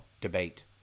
debate